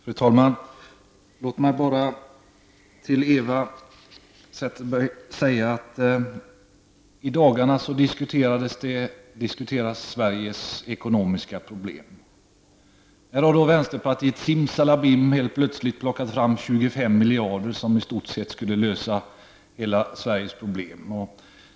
Fru talman! Låt mig bara säga till Eva Zetterberg att vi i de här dagarna diskuterar Sveriges ekonomiska problem. Vänsterpartiet har simsalabim helt plötsligt plockat fram 25 miljarder kronor, som i stort sett skulle lösa alla Sveriges problem.